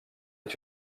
est